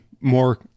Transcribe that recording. more